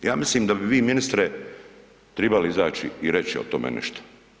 Ja mislim da bi vi ministre tribali izaći i reći o tome nešto.